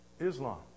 Islam